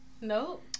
Nope